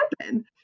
happen